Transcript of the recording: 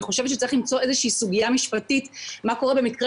ואני חושבת שצריך למצוא איזושהי סוגיה משפטית מה קורה במקרה